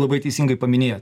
labai teisingai paminėjo